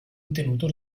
ritenuto